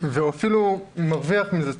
והוא אפילו מרוויח מזה.